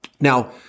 Now